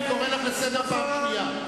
אני קורא אותך לסדר פעם ראשונה.